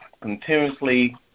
continuously